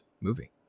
movie